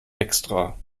extra